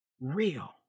Real